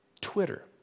Twitter